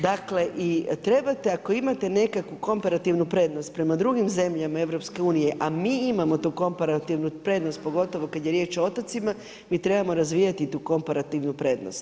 Dakle i trebate ako imate nekakvu komparativnu prednost prema drugim zemljama EU, a mi imamo tu komparativnu prednost pogotovo kad je riječ o otocima, mi trebamo razvijati tu komparativnu prednost.